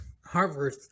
Harvard